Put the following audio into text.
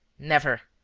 never!